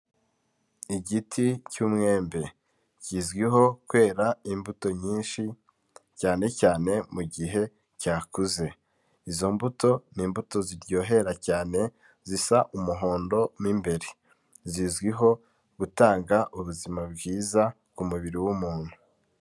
Igiti cy'umwembe kizwiho kwera imbuto nyinshi, cyane cyane mu gihe cyakuze. Izo mbuto ni imbuto ziryohera cyane zisa umuhondo mo imbere. Zizwiho gutanga ubuzima bwiza ku mubiri w'umuntu.